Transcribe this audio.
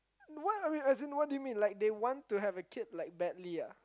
what are we as in what do you mean like they want to have a kid like badly ah